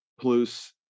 plus